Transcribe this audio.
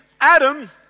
Adam